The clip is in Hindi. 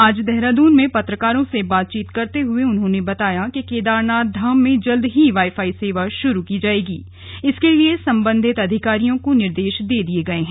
आज देहरादून में पत्रकारों से बातचीत करते हए उन्होंने बताया कि केदारनाथ धाम में जल्द ही वाई फाई सेवा शुरू की जाएगी इसके लिए संबंधित अधिकारियों को निर्देश दे दिये गए हैं